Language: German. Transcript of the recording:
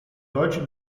deutsche